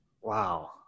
Wow